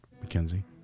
Mackenzie